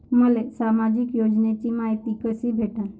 मले सामाजिक योजनेची मायती कशी भेटन?